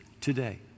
today